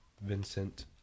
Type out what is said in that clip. Vincent